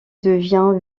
devient